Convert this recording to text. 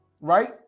Right